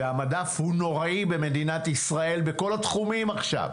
והמדף הוא נוראי במדינת ישראל בכל התחומים עכשיו,